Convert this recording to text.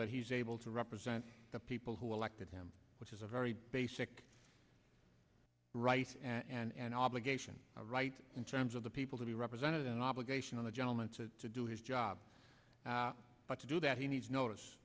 that he's able to represent the people who elected him which is a very basic right and obligation right in terms of the people to be represented an obligation on the gentleman to to do his job but to do that he needs notice